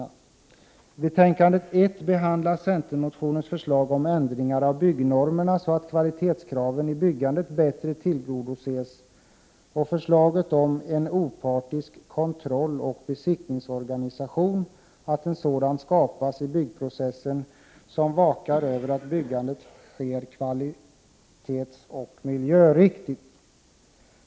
I betänkande 1 behandlas centermotionens förslag om ändringar av byggnormerna så att kvalitetskraven i byggandet bättre tillgodoses och förslag om att skapa en opartisk kontrolloch besiktningsorganisation i byggprocesser som vakar över att byggandet sker kvalitetsoch miljöriktigt.